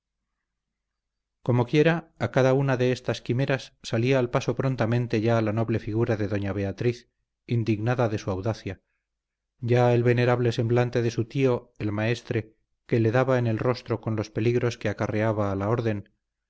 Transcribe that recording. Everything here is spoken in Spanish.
comoquiera a cada una de estas quimeras salía al paso prontamente ya la noble figura de doña beatriz indignada de su audacia ya el venerable semblante de su tío el maestre que le daba en rostro con los peligros que acarreaba a la orden